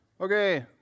Okay